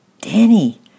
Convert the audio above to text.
Danny